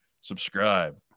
Subscribe